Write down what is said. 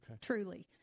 truly